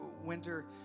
winter